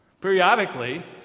Periodically